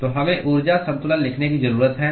तो हमें ऊर्जा संतुलन लिखने की जरूरत है